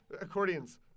accordions